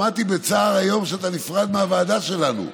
שמעתי בצער היום שאתה נפרד מהוועדה שלנו.